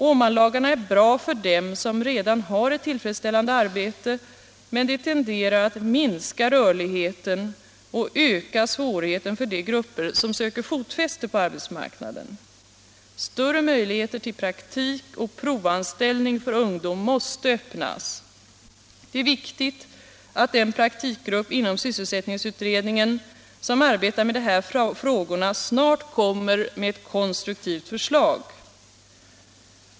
Åmanlagarna är bra för dem som redan har ett tillfredsställande arbete, men de tenderar att minska rörligheten och öka svårigheten för de grupper som söker fotfäste på arbetsmarknaden. Större möjligheter till praktik och provanställning för ungdom måste öppnas. Det är viktigt att den praktikgrupp inom sysselsättningsutredningen som arbetar med de här frågorna snart kommer med ett konstruktivt förslag.